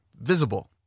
visible